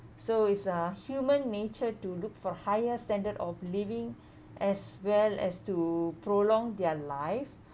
so is a human nature to look for higher standard of living as well as to prolong their life